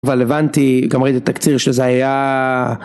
אבל הבנתי, גם ראיתי תקציר שזה היה...